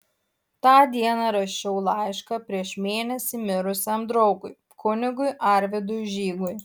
tą dieną rašiau laišką prieš mėnesį mirusiam draugui kunigui arvydui žygui